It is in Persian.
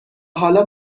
حالا